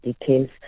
details